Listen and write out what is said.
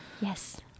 yes